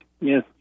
Yes